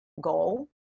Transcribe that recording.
goal